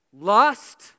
lust